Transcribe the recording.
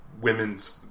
women's